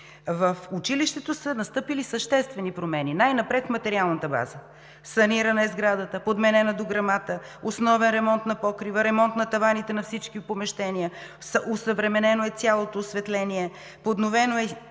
в училището са настъпили съществени промени. Най-напред в материалната база: санирана е сградата, подменена е дограмата, основен ремонт на покрива, ремонт на таваните на всички помещения, осъвременено е цялото осветление, подновено е